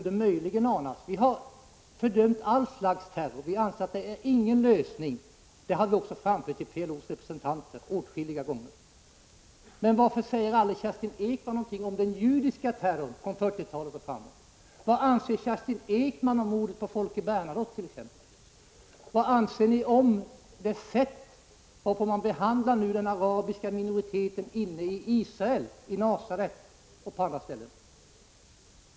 Vi har fördömt all slags terror. Vi anser att terror inte är någon lösning. Det har vi också åtskilliga gånger framfört till PLO:s representanter. Men varför säger aldrig Kerstin Ekman någonting om den judiska terrorn från 1940-talet och framåt? Vad anser Kerstin Ekman om mordet på Folke Bernadotte t.ex.? Vad anser ni om det sätt varpå man nu behandlar den arabiska minoriteten inne i Israel, i Nasaret och på andra ställen?